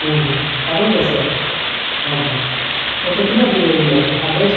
ᱜᱟᱱᱚᱜ ᱜᱮᱭᱟ ᱥᱮ ᱦᱚᱸ ᱦᱚᱸ ᱦᱳᱭᱛᱳ ᱛᱤᱱᱟᱹᱜ ᱫᱤᱱ ᱨᱮ ᱦᱩᱭᱩᱜᱼᱟ ᱟᱯᱰᱮᱴ